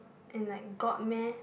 and like got meh